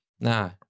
Nah